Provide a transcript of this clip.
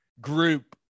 group